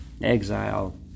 exile